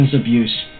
abuse